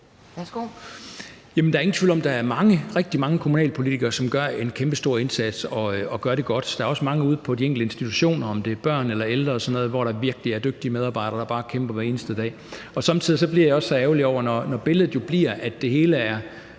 Der er ingen tvivl om, at der er rigtig mange kommunalpolitikere, som gør en kæmpestor indsats og gør det godt. Der er også mange ude på de enkelte institutioner, om det er for børn eller ældre, som virkelig er dygtige medarbejdere, der bare kæmper hver eneste dag. Somme tider bliver jeg også så ærgerlig, når billedet jo bliver, at det hele er